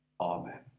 Amen